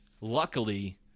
luckily –